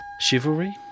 Chivalry